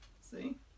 see